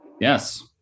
Yes